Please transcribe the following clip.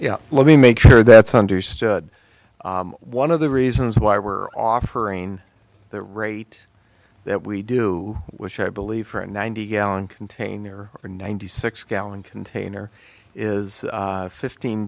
know let me make sure that's understood one of the reasons why we're offering the rate that we do which i believe for a ninety gallon container or ninety six gallon container is fifteen